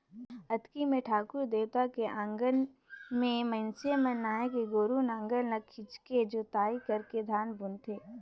अक्ती मे ठाकुर देवता के अंगना में मइनसे मन नहायके गोरू नांगर ल हाथे खिंचके जोताई करके धान बुनथें